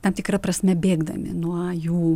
tam tikra prasme bėgdami nuo jų